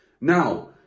Now